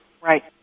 Right